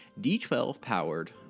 D12-powered